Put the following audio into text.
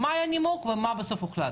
מה היה הנימוק, ומה בסוף הוחלט?